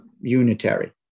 unitary